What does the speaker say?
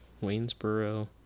Waynesboro